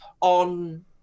on